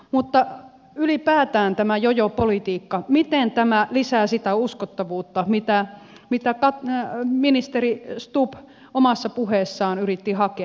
mutta ylipäätään tämä jojopolitiikka miten tämä lisää sitä uskottavuutta mitä ministeri stubb omassa puheessaan yritti hakea